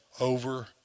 over